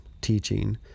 teaching